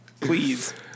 Please